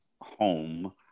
home